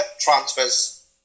transfers